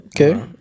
Okay